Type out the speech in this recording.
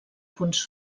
punts